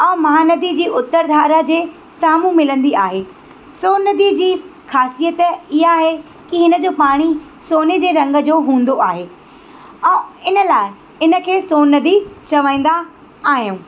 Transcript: ऐं महा नदी जी उतर धारा जे साम्हूं मिलंदी आहे सोन नदी जी ख़ासियत इहा आहे की हिन जो पाणी सोने जे रंग जो हूंदो आहे ऐं इन लाइ इन खे सोन नदी चवंदा आहियूं